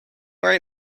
right